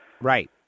Right